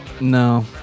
No